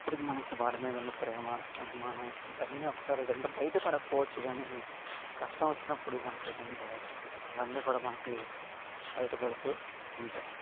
ఇప్పటికి మనకి వాడి మీద ఉన్న ప్రేమ అభిమానం ఇవన్నీ ఒకసారి ఏంటంటే బయటపడకపోవచ్చు కానీ కష్టం వచ్చినప్పుడు మనకు ఏంటంటే ఇవన్నీ కూడా మనకి బయటపడుతూ ఉంటాయి